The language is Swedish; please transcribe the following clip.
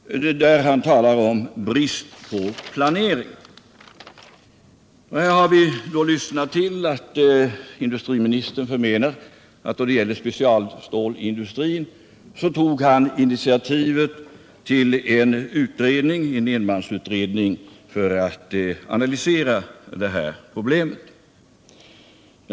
Han talar om brist på planering. Vi har lyssnat till industriministern och funnit att han menar att han, när det gäller specialstålindustrin, tog initiativet till en enmansutredning för att analysera det här problemet.